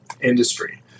industry